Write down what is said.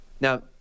Now